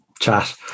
chat